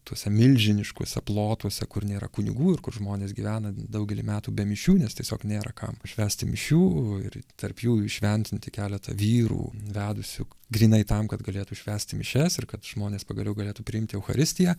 tuose milžiniškuose plotuose kur nėra kunigų ir kur žmonės gyvena daugelį metų be mišių nes tiesiog nėra kam švęsti mišių ir tarp jų įšventinti keletą vyrų vedusių grynai tam kad galėtų švęsti mišias ir kad žmonės pagaliau galėtų priimti eucharistiją